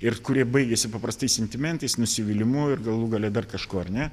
ir kurie baigiasi paprastai sentimentais nusivylimu ir galų gale dar kažkuo ar ne